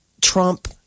Trump